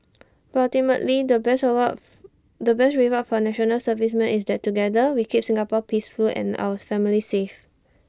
but ultimately the best award the best reward for National Servicemen is that together we keep Singapore peaceful and ours families safe